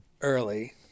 early